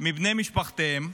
מבני משפחותיהם.